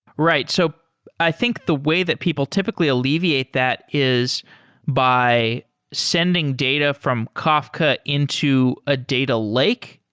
right. so i think the way that people typically alleviate that is by sending data from kafka into a data lake?